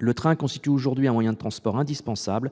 Le train constitue aujourd'hui un moyen de transport indispensable, en